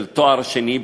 לימודי תואר שני,